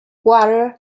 water